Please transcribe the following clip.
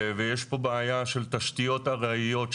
ויש פה בעיה של תשתיות עראיות,